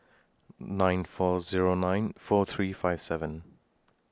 nine four Zero nine four three five seven